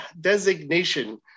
designation